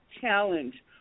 challenge